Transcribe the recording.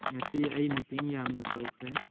ꯉꯁꯤ ꯑꯩ ꯃꯤꯇꯤꯡ ꯌꯥꯝꯅ ꯇꯧꯈ꯭ꯔꯦ